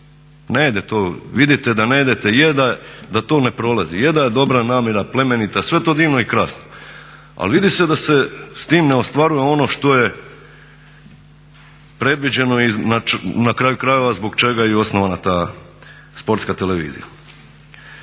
Ne ide to, vidite da ne idete, da to ne prolazi. Je da je dobra namjena, plemenita, sve je to divno i krasno ali vidi se da se s tim ne ostvaruje ono što je predviđeno i na kraju krajeva zbog čega je i osnovana ta Sportska televizija.